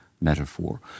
metaphor